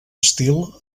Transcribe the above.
estil